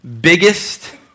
biggest